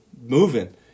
moving